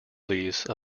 lease